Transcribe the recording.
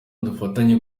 dufatanye